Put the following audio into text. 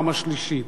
בפעם השלישית,